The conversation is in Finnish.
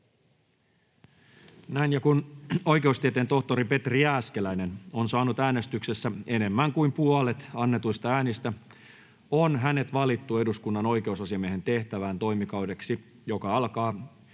Kun oikeustieteen tohtori Petri Jääskeläinen on saanut äänestyksessä enemmän kuin puolet annetuista äänistä, on hänet valittu eduskunnan oikeusasiamiehen tehtävään toimikaudeksi, joka alkaa